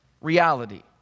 reality